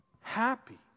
happy